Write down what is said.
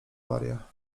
maria